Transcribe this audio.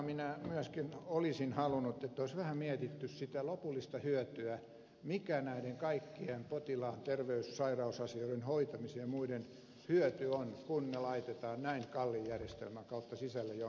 minä myöskin olisin halunnut että tässä samalla olisi vähän mietitty sitä lopullista hyötyä mikä näiden kaikkien potilaan terveys sairausasioiden hoitamisen ja muiden hyöty on kun ne laitetaan näin kalliin järjestelmän kautta sisälle jonnekin